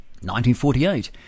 1948